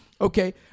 Okay